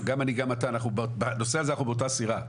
גם אני וגם אתה אנחנו בנושא הזה באותה הסירה.